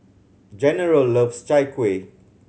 General loves Chai Kueh